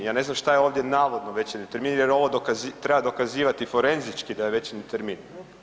Ja ne znam šta je ovdje navodno večernji termin, jel ovo treba dokazivati forenzički da je večerni termin?